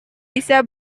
bisa